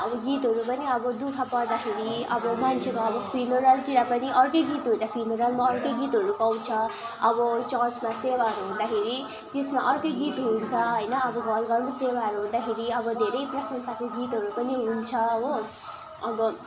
अब गीतहरू पनि अब दुःख पर्दाखेरि अब मान्छेको अब फ्युनेरलतिर पनि अर्कै गीत हुन्छ फ्युनेरलमा अर्कै गीतहरू गाउँछ अब चर्चमा सेवाहरू हुँदाखेरि त्यसमा अर्कै गीत हुन्छ होइन अब घरघरमा सेवाहरू हुँदाखेरि अब धेरै प्रकारको गीतहरू पनि हुन्छ हो अब